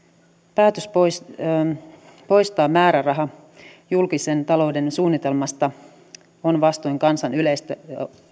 päätös poistaa määräraha julkisen talouden suunnitelmasta on vastoin kansan yleistä